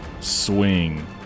Swing